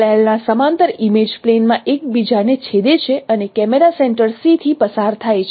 L ના સમાંતર image plane માં એકબીજાને છેદે છે અને કેમેરા સેન્ટર C થી પસાર થાય છે